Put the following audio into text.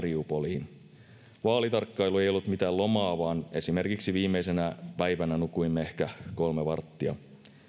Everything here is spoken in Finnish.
mariupoliin vaalitarkkailu ei ollut mitään lomaa vaan esimerkiksi viimeisenä päivänä nukuimme ehkä kolme varttia